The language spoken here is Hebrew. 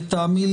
לטעמי,